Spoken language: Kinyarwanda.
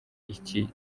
iki